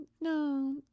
no